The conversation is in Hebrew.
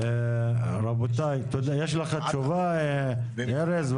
יש לך תשובה, ארז?